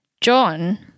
john